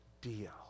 deal